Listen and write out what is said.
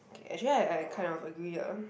okay actually I I kind of agree ah